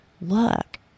look